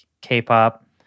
K-pop